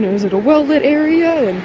is it a well-lit area?